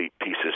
pieces